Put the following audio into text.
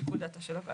לשיקול דעתה של הוועדה.